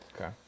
Okay